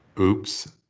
Oops